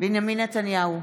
בנימין נתניהו,